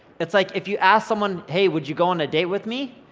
it's like, if you ask someone, hey, would you go on a date with me,